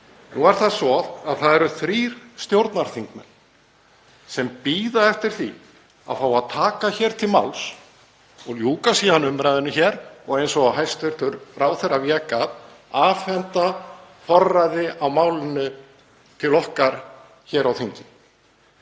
Nú er það svo að það eru þrír stjórnarþingmenn sem bíða eftir því að fá að taka til máls og ljúka síðan umræðunni hér og, eins og hæstv. ráðherra vék að, afhenda forræði á málinu til okkar hér á þingi.